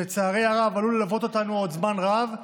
שלצערי הרב עלול ללוות אותנו עוד זמן רב,